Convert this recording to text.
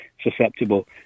susceptible